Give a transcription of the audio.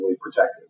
protected